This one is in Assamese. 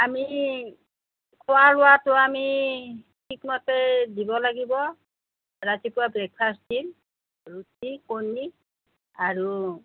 আমি খোৱা লোৱাটো আমি ঠিকমতে দিব লাগিব ৰাতিপুৱা ব্ৰেকফাষ্ট দিম ৰুটি কণী আৰু